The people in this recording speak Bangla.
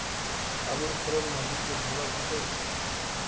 আলুর ফলন মাটি তে ভালো ঘটে?